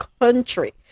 country